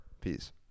Peace